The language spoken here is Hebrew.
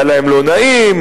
היה להם לא נעים,